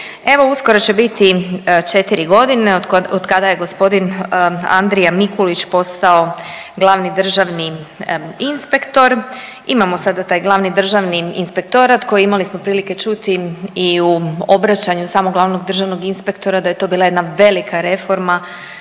Evo uskoro će biti 4 godine od kada je gospodin Andrija Mikulić postao glavni državni inspektor. Imamo sada taj glavni Državni inspektorat koji imali smo čuti i u obraćanju samog državnog inspektora da je to bila jedna velika reforma